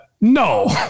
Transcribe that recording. no